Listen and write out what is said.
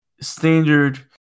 standard